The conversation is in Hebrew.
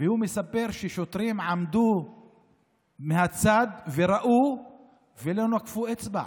והוא מספר ששוטרים עמדו מהצד וראו ולא נקפו אצבע.